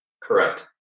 Correct